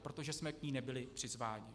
Protože jsme k ní nebyli přizváni.